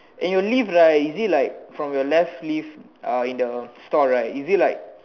and your leaf right is it like from your left leaf in the store right is it like